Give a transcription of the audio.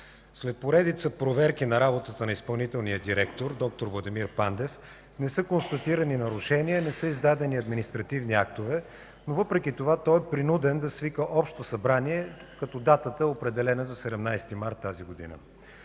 След поредица проверки на работата на изпълнителния директор д-р Владимир Пандев не са констатирани нарушения и не са издадени административни актове, но въпреки това той е принуден да свика Общо събрание, като датата е определена за 17 март тази година.